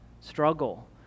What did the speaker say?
struggle